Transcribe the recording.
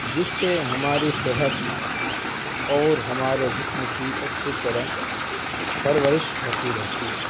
جس سے ہماری صحت اور ہمارے جسم کی اچھی طرح پرورش ہوتی رہتی ہے